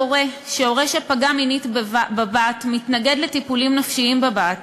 קורה שהורה שפגע מינית בבת מתנגד לטיפולים נפשיים בבת,